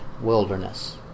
wilderness